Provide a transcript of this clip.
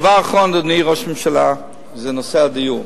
אדוני ראש הממשלה, הדבר האחרון הוא נושא הדיור.